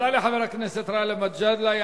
תודה לחבר הכנסת גאלב מג'אדלה.